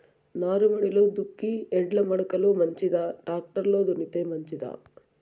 నారుమడిలో దుక్కి ఎడ్ల మడక లో మంచిదా, టాక్టర్ లో దున్నితే మంచిదా?